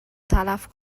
تلف